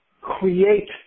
create